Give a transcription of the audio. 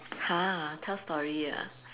!huh! tell story ah